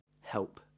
help